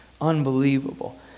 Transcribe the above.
Unbelievable